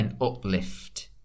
uplift